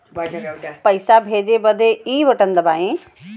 पइसा भेजे बदे ई बटन दबाई